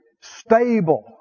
Stable